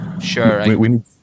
Sure